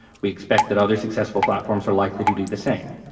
we expect that other successful platforms are likely to do the same.